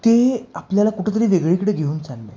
ते आपल्याला कुठंतरी वेगळीकडे घेऊन चाललं आहे